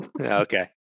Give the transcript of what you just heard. Okay